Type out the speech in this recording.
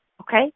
okay